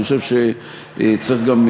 אני חושב שצריך גם,